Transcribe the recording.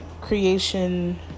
creation